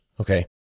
Okay